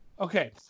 Okay